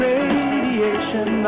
Radiation